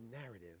narrative